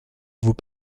vos